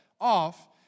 off